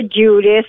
Judas